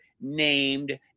named